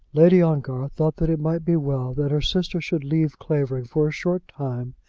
lady ongar thought that it might be well that her sister should leave clavering for a short time,